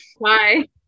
bye